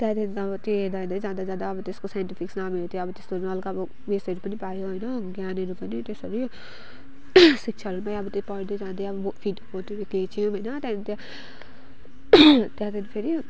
त्यहाँदेखि अब त्यो हेर्दा हेर्दै जाँदा जाँदा अब त्यसको साइन्टिफिक नामहरू थियो त्यस्तोहरू हल्का अब उयसहरू पनि पायो होइन ज्ञानहरू पनि त्यसरी शिक्षाहरूमै अब त्यो पढ्दै जाँदै अब फिड फोटोहरू खिच्यौँ होइन त्यहाँदेखि त्यहाँ त्यहाँदेखि फेरि